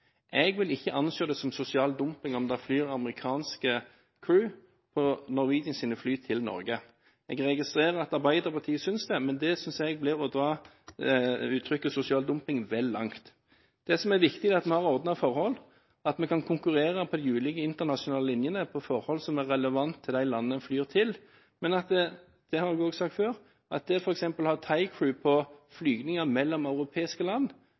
Jeg vil ikke anse det som sosial dumping om det flyr amerikanske crew på Norwegians fly til Norge. Jeg registrerer at Arbeiderpartiet synes det, men det synes jeg blir å dra uttrykket sosial dumping vel langt. Det som er viktig, er at vi har ordnede forhold, at vi kan konkurrere på de ulike internasjonale linjene på forhold som er relevant i de landene vi flyr til, men at – det har jeg også sagt før – det f.eks. å ha thai-crew på flygninger mellom europeiske land,